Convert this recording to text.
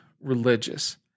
religious